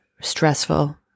stressful